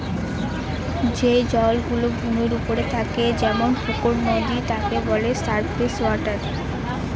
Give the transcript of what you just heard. যে জল গুলো ভূমির ওপরে থাকে যেমন পুকুর, নদী তাকে বলে সারফেস ওয়াটার